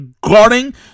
guarding